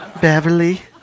Beverly